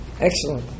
Excellent